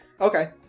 Okay